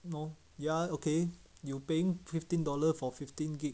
no ya okay you paying fifteen dollar for fifteen gig